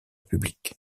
public